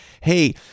hey